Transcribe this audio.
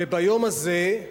וביום הזה,